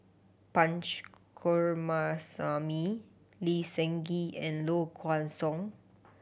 Punch Coomaraswamy Lee Seng Gee and Low Kway Song